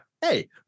hey